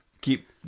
Keep